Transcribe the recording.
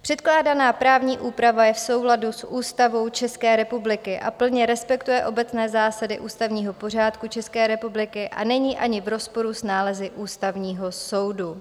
Předkládaná právní úprava je v souladu s Ústavou České republiky a plně respektuje obecné zásady ústavního pořádku České republiky a není ani v rozporu s nálezy Ústavního soudu.